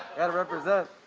gotta represent.